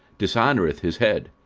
dishonoureth his head.